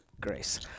Grace